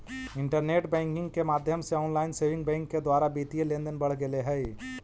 internet banking के माध्यम से ऑनलाइन सेविंग बैंक के द्वारा वित्तीय लेनदेन बढ़ गेले हइ